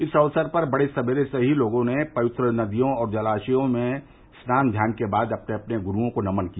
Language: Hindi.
इस अवसर पर बड़े सबेरे से ही लोगों ने पवित्र नदियों और जलाशयों में स्नान ध्यान के बाद अपने अपने गुरूओं को नमन किया